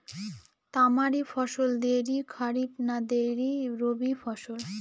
তামারি ফসল দেরী খরিফ না দেরী রবি ফসল?